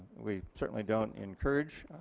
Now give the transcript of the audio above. we certainly don't encourage